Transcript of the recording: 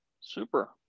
Super